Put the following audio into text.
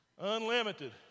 Unlimited